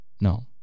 No